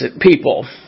people